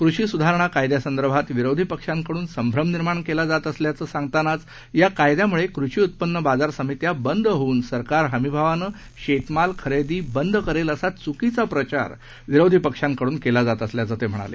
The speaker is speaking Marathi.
कृषीस्धारणाकायद्यासंदर्भातविरोधीपक्षांकडूनसंश्रमनिर्माणकेलाजातअसल्याचंसांगताना चयाकायद्याम्ळेकृषीउत्पन्नबाजारसमित्याबंदहोऊनसरकारहमीभावानंशेतमालखरेदीबंद करेल असाच्कीचाप्रचारविरोधीपक्षांकडूनकेलाजातअसल्याचंतेम्हणाले